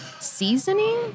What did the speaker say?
seasoning